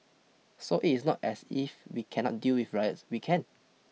so it is not as if we cannot deal with riots we can